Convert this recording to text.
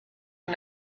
you